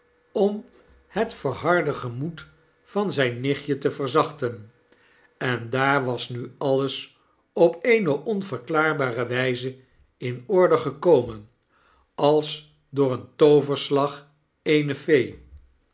om hetverharde gemoed van zijn nichtje te verzachten en daar was nu alles op eene onverklaarbare wyze in orde gekomen als door den tooverslag eener fee